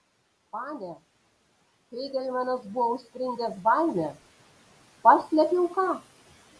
pane feigelmanas buvo užspringęs baime paslėpiau ką